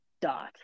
dot